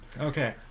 Okay